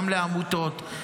גם לעמותות,